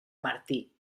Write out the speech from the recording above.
martí